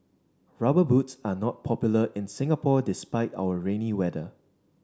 rubber boots are not popular in Singapore despite our rainy weather